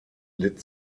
litt